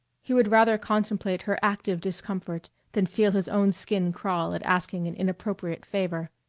he would rather contemplate her active discomfort than feel his own skin crawl at asking an inappropriate favor.